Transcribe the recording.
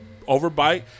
overbite